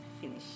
finish